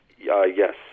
Yes